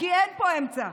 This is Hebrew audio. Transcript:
כי אין פה אמצע.